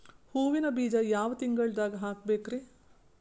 ಹೂವಿನ ಬೀಜ ಯಾವ ತಿಂಗಳ್ದಾಗ್ ಹಾಕ್ಬೇಕರಿ?